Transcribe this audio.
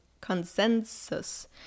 consensus